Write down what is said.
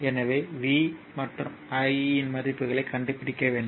எனவே V மற்றும் I இன் மதிப்புகளைக் கண்டுபிடிக்க வேண்டும்